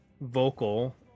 vocal